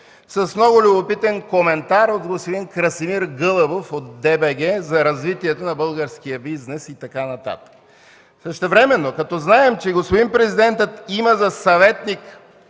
с много любопитен коментар от господин Красимир Гълъбов от ДГБ за развитието на българския бизнес и така нататък. Същевременно като знаем, че господин Президентът има за съветник